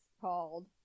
called